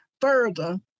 further